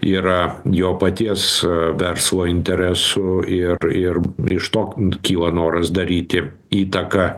yra jo paties verslo interesų ir ir iš to kyla noras daryti įtaką